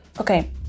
Okay